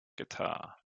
guitar